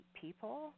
people